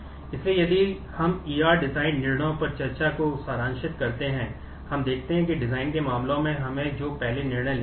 इसलिए यदि हम E R डिजाइन का उपयोग है